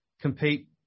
compete